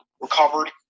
recovered